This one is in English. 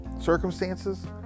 circumstances